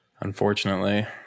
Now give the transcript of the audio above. Unfortunately